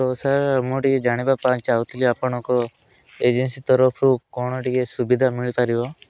ତ ସାର୍ ମୁଁ ଟିକେ ଜାଣିବା ପାଇଁ ଚାହୁଁଥିଲି ଆପଣଙ୍କ ଏଜେନ୍ସି ତରଫରୁ କ'ଣ ଟିକେ ସୁବିଧା ମିଳିପାରିବ